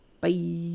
bye